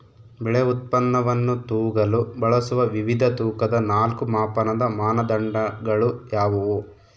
ಬೆಳೆ ಉತ್ಪನ್ನವನ್ನು ತೂಗಲು ಬಳಸುವ ವಿವಿಧ ತೂಕದ ನಾಲ್ಕು ಮಾಪನದ ಮಾನದಂಡಗಳು ಯಾವುವು?